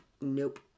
nope